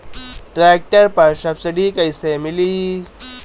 Tractor पर subsidy कैसे मिली?